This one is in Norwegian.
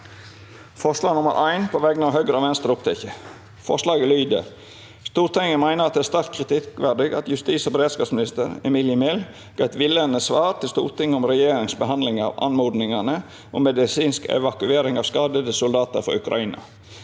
Forslaget lyder: «Stortinget mener det er sterkt kritikkverdig at justis- og beredskapsminister Emilie Mehl ga et villedende svar til Stortinget om regjeringens behandling av anmodningene om medisinsk evakuering av skadede soldater fra Ukraina.»